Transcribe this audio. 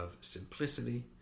simplicity